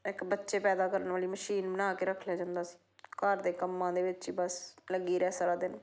ਇੱਕ ਬੱਚੇ ਪੈਦਾ ਕਰਨ ਵਾਲੀ ਮਸ਼ੀਨ ਬਣਾ ਕੇ ਰੱਖ ਲਿਆ ਜਾਂਦਾ ਸੀ ਘਰ ਦੇ ਕੰਮਾਂ ਦੇ ਵਿੱਚ ਬਸ ਲੱਗੀ ਰਹਿ ਸਾਰਾ ਦਿਨ